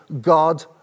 God